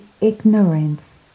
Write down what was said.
ignorance